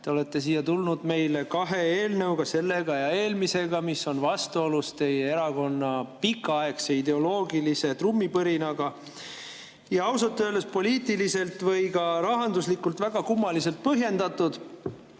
Te olete siia tulnud kahe eelnõuga, sellega ja eelmisega, mis on vastuolus teie erakonna pikaaegse ideoloogilise trummipõrinaga. Ja ausalt öeldes [on need] poliitiliselt ja ka rahanduslikult väga kummaliselt põhjendatud.